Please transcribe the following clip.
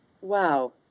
Wow